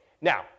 now